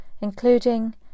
including